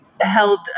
held